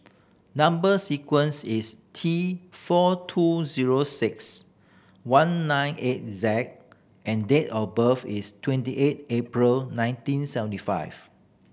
number sequence is T four two zero six one nine eight Z and date of birth is twenty eight April nineteen seventy five